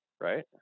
right